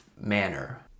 manner